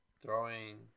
Throwing